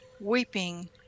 weeping